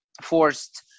forced